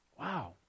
Wow